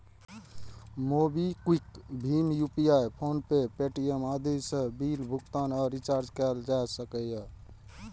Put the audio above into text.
MobiKwik, भीम UPI, PhonePe, Paytm आदि सं बिल भुगतान आ रिचार्ज कैल जा सकैए